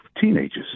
teenagers